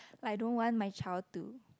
I don't want my child to